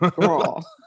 girl